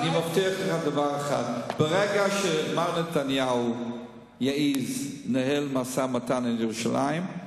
אני מבטיח לך דבר אחד: ברגע שמר נתניהו יעז לנהל משא-ומתן על ירושלים,